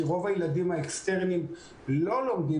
כי רוב הילדים האקסטרנים לא לומדים